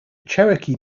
cherokee